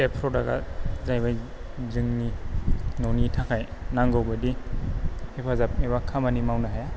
बे प्रदाका जाहैबाय जोंनि न'नि थाखाय नांगौबादि हेफाजाब एबा खामानि मावनो हाया